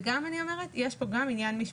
אני אומרת שיש כאן גם עניין משפטי.